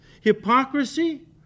hypocrisy